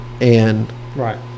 Right